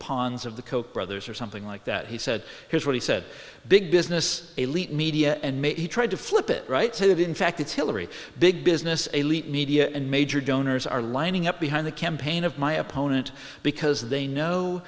pons of the koch brothers or something like that he said here's what he said big business elite media and maybe he tried to flip it right so that in fact it's hillary big business elite media and major donors are lining up behind the campaign of my opponent because they know